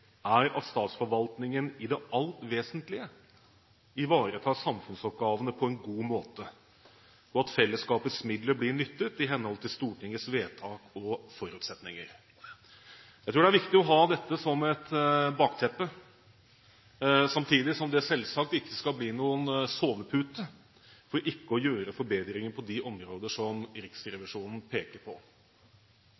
er at statsforvaltningen i det alt vesentlige ivaretar samfunnsoppgavene på en god måte, og at fellesskapets midler blir nyttet i henhold til Stortingets vedtak og forutsetninger.» Jeg tror det er viktig å ha dette som et bakteppe, samtidig som det selvsagt ikke skal bli noen sovepute for ikke å gjøre forbedringer på de områder som